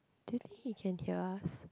do you think he can hear us